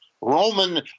Roman